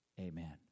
Amen